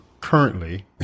currently